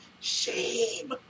Shame